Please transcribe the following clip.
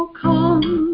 come